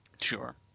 Sure